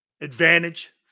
Advantage